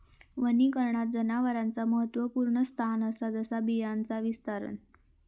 वनीकरणात जनावरांचा महत्त्वपुर्ण स्थान असा जसा बियांचा विस्तारण